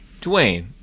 Dwayne